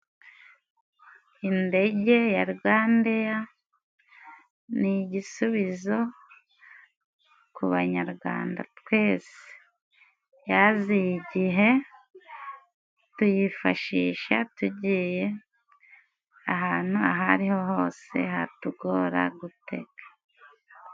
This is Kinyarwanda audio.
Indege ya Rwandeya ni igisubizo ku Banyarwanda twese, yaziye igihe, tuyifashisha tugiye ahantu aho ari ho hose hatugora gutega.